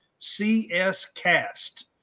CSCAST